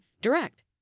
direct